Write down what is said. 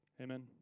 Amen